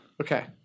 Okay